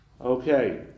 Okay